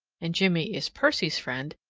and jimmie is percy's friend,